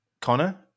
Connor